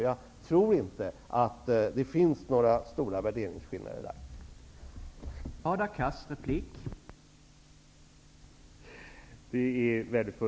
Jag tror inte att det finns några stora värderingsskillnader därvidlag.